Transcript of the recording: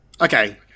Okay